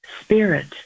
spirit